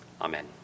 Amen